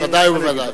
ודאי וודאי.